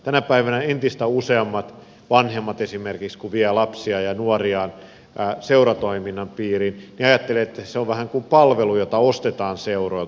tänä päivänä entistä useammat vanhemmat esimerkiksi kun vievät lapsia ja nuoria seuratoiminnan piiriin ajattelevat että se on vähän kuin palvelu jota ostetaan seuroilta